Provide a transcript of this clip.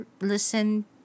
listen